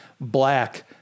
black